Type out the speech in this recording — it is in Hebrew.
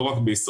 לא רק בישראל,